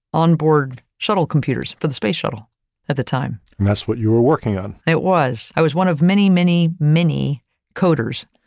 onboard shuttle computers for the space shuttle at the time. and that's what you were working on. it was i was one of many, many, many coders,